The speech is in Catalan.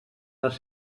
les